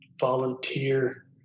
volunteer